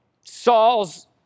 Saul's